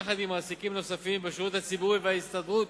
ביחד עם מעסיקים נוספים בשירות הציבורי וההסתדרות,